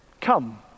come